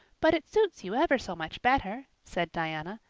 but it suits you ever so much better, said diana.